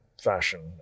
fashion